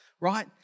right